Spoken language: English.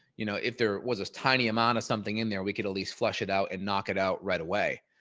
you know, if there was a tiny amount of something in there, we could at least flush it out and knock it out right away.